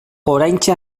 oraintxe